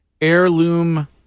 heirloom